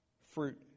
fruit